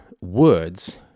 words